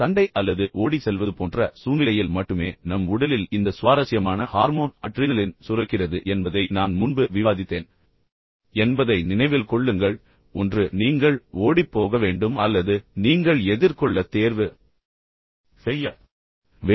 சண்டை அல்லது ஓடிச் செல்வது போன்ற சூநிலையில் ம மட்டுமே நம் உடலில் இந்த சுவாரஸ்யமான ஹார்மோன் அட்ரினலின் சுரக்கிறது என்பதை நான் முன்பு விவாதித்தேன் என்பதை நினைவில் கொள்ளுங்கள் ஒன்று நீங்கள் ஓடிப்போக வேண்டும் அல்லது நீங்கள் எதிர்கொள்ள தேர்வு செய்ய வேண்டும்